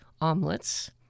omelets